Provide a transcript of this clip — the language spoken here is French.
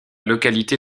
localité